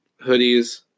hoodies